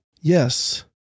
yes